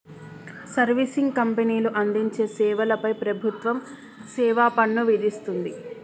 servicing కంపెనీలు అందించే సేవల పై ప్రభుత్వం సేవాపన్ను విధిస్తుంది